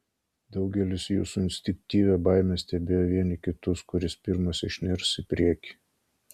daugelis jų su instinktyvia baime stebėjo vieni kitus kuris pirmas išnirs į priekį